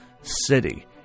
city